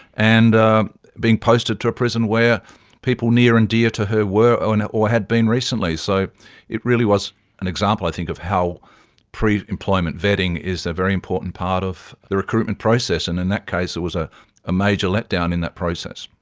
and ah being posted to a prison where people near and dear to her were or had been recently. so it really was an example i think of how pre-employment vetting is a very important part of the recruitment process, and in that case it was ah a major letdown in that process.